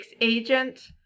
agent